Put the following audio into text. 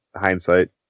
Hindsight